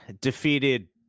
defeated